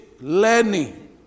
Learning